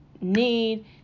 need